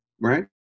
right